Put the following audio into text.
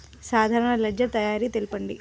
సాధారణ లెడ్జెర్ తయారి తెలుపండి?